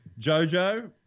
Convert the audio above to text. Jojo